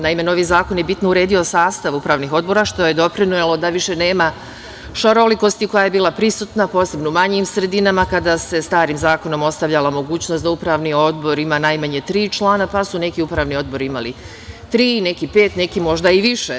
Naime, novi zakon je bitno uredio sastav upravnih odbora, što je doprinelo da više nema šarolikosti koja je bila prisutna, posebno u manjim sredinama, kada se starim zakonom ostavljala mogućnost da upravni odbor ima najmanje tri člana, pa su neki upravni odbori imali tri, a neki pet, a neki možda i više.